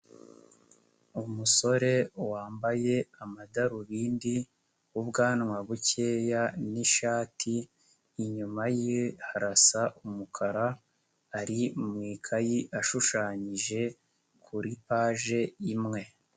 Umusore wambaye amadarubindi, ubwanwa bukeya n'ishati, inyuma ye harasa umukara ari mu ikayi ashushanyije kuri paje imwe.